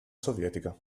sovietica